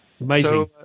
Amazing